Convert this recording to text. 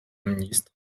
ministre